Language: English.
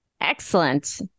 Excellent